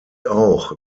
auch